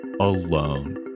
alone